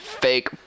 fake